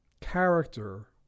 Character